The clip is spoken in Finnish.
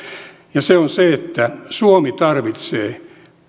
ja se on se että suomi tarvitsee